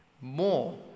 more